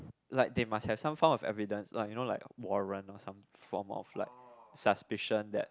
like they must have some fond of evidence like you know like warrant or some form of like suspicion that